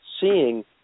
seeing